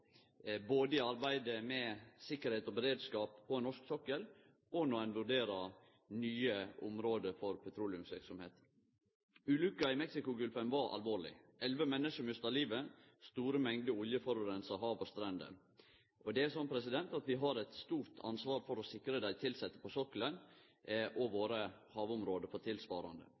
både i arbeidet med tryggleik og beredskap på norsk sokkel, og når ein vurderer nye område for petroleumsverksemd. Ulykka i Mexicogolfen var alvorleg. 11 menneske mista livet, store mengder olje forureina hav og strender. Det er slik at vi har eit stort ansvar for å sikre dei tilsette på sokkelen og våre